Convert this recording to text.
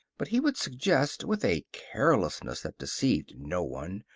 but he would suggest, with a carelessness that deceived no one,